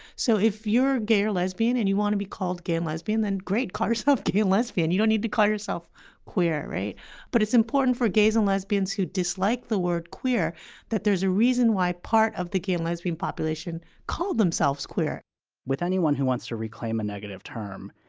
so if you're a gay or lesbian and you want to be called gay and lesbian, then great call yourself gay or lesbian, you don't need to call yourself queer. but it's important for gays and lesbians who dislike the word queer that there's a reason why part of the gay and lesbian population called themselves queer with anyone who wants to reclaim a negative term,